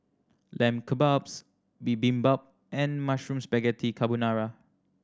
Lamb Kebabs Bibimbap and Mushroom Spaghetti Carbonara